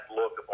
look